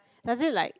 does it like